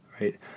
right